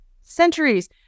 centuries